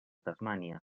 tasmània